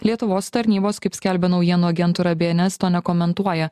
lietuvos tarnybos kaip skelbia naujienų agentūra bns to nekomentuoja